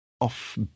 off